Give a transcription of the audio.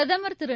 பிரதமர் திரு